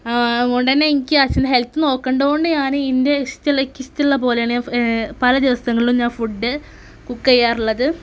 അതുകൊണ്ടുതന്നെ എനിക്ക് അച്ഛൻ്റെ ഹെൽത്ത് നോക്കേണ്ടതുകൊണ്ട് ഞാൻ എൻ്റെ ഇഷ്ടമുള്ള എനിക്കിഷ്ടമുള്ള പോലെയാണ് ഞാൻ പല ദിവസങ്ങളിലും ഞാൻ ഫുഡ്ഡ് കുക്ക് ചെയ്യാറുള്ളത്